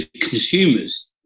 consumers